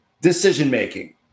decision-making